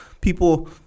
people